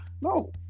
No